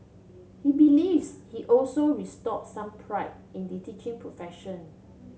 he believes he also restore some pride in the teaching profession